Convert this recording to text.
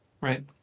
Right